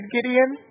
Gideon